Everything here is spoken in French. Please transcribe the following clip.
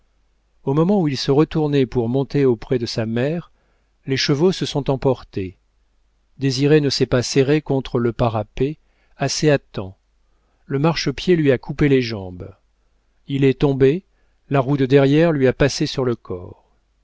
au moment où il se retournait pour monter auprès de sa mère les chevaux se sont emportés désiré ne s'est pas serré contre le parapet assez à temps le marchepied lui a coupé les jambes il est tombé la roue de derrière lui a passé sur le corps